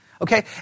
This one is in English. Okay